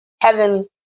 Heaven